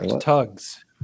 tugs